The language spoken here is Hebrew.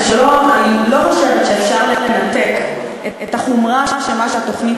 אני לא חושבת שאפשר לנתק את החומרה של מה שהתוכנית